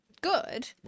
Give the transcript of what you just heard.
good